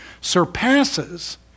surpasses